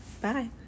Bye